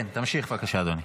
כן, תמשיך, בבקשה, אדוני.